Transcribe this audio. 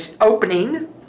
opening